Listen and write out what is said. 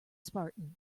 spartan